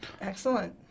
Excellent